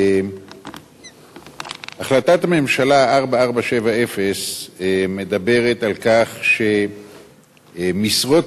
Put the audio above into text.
החלטת הממשלה 4470 מדברת על כך שמשרות